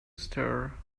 stir